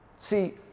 See